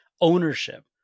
Ownership